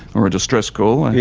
or a distress call. and yeah